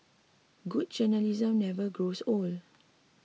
good journalism never grows old